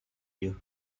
you